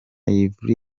yverry